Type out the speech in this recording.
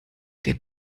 der